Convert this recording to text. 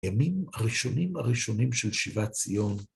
ימים הראשונים הראשונים של שיבת ציון.